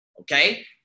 Okay